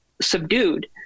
subdued